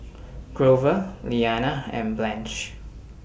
Grover Liana and Blanche